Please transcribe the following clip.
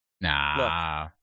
Nah